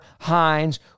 Hines